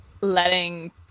letting